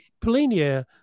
Polinia